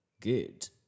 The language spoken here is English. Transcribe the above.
good